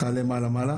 תעלה מה למעלה,